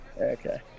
Okay